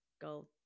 go